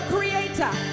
Creator